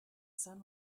sun